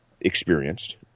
experienced